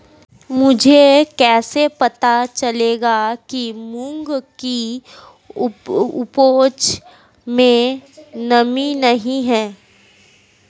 मुझे कैसे पता चलेगा कि मूंग की उपज में नमी नहीं है?